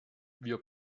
wir